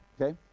Okay